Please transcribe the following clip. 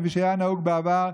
כפי שהיה נהוג בעבר,